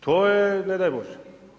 To je ne daj Bože.